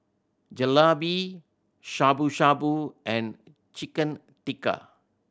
Jalebi Shabu Shabu and Chicken Tikka